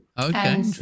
Okay